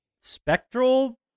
spectral